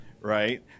right